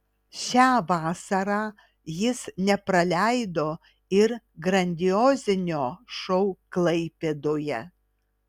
šią vasarą jis nepraleido ir grandiozinio šou klaipėdoje